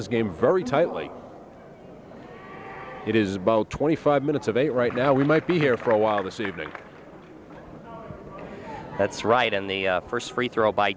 this game very tightly it is about twenty five minutes of eight right now we might be here for a while this evening that's right and the first free throw by